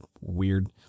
weird